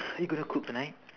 are you gonna cook tonight